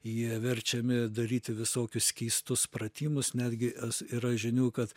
jie verčiami daryti visokius keistus pratimus netgi es yra žinių kad